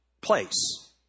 place